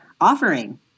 offering